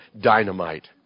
dynamite